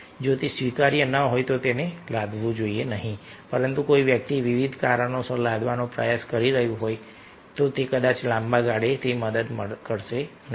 જો તે સ્વીકાર્ય ન હોય તો તેને લાદવું જોઈએ નહીં પરંતુ કોઈ વ્યક્તિ વિવિધ કારણોસર લાદવાનો પ્રયાસ કરી રહ્યું છે તો કદાચ લાંબા ગાળે તે મદદ કરશે નહીં